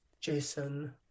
Jason